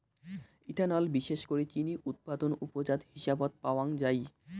ethanol বিশেষ করি চিনি উৎপাদন উপজাত হিসাবত পাওয়াঙ যাই